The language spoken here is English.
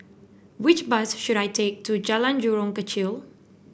which bus should I take to Jalan Jurong Kechil